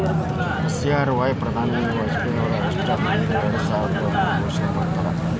SGRY ಮಾಜಿ ಪ್ರಧಾನಿ AB Vajpayee August ಹದಿನೈದು ಎರ್ಡಸಾವಿರದ ಒಂದ್ರಾಗ ಘೋಷಣೆ ಮಾಡ್ಯಾರ